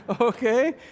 Okay